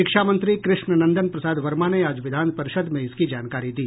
शिक्षा मंत्री कृष्णनंदन प्रसाद वर्मा ने आज विधान परिषद् में इसकी जानकारी दी